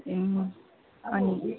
उम्म अनि